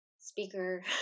speaker